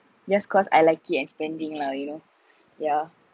just cause I like it and spending lah you know yeah